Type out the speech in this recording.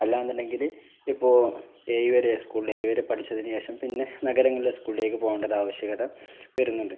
അല്ലാന്ന് ഉണ്ടെങ്കിൽ ഇപ്പോൾ ഏഴ് വരെ സ്കൂളിൽ ഏഴ് വരെ പഠിച്ചതിന് ശേഷം പിന്നെ നഗരങ്ങളിലുള്ള സ്കൂളിലേക്ക് പോകേണ്ട ഒരു ആവശ്യകത വരുന്നുണ്ട്